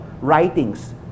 writings